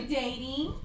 dating